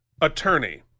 attorney